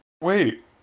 Wait